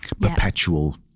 perpetual